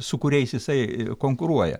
su kuriais jisai konkuruoja